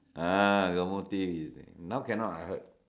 uh got motive now cannot ah I heard